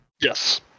Yes